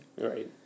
Right